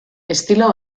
estilo